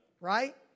Right